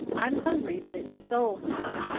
i'm hungry but it's soul hunger,